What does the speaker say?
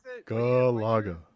galaga